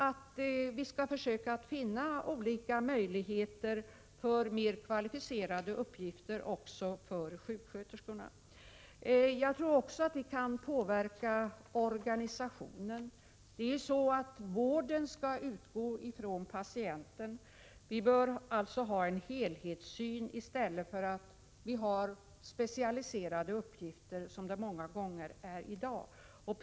Vi skall dock försöka att finna möjligheter till mer kvalificerade uppgifter också för sjuksköterskorna. Jag tror vidare att vi även har möjligheter att påverka organisationen. Vården skall ju utgå från patienten, och vi bör då tillämpa en helhetssyn i stället för att, som det många gånger är i dag, gå in för en specialisering av uppgifterna.